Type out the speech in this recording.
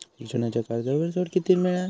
शिक्षणाच्या कर्जावर सूट किती मिळात?